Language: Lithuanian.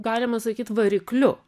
galima sakyt varikliu